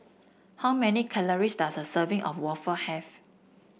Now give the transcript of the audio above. how many calories does a serving of waffle have